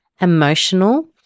Emotional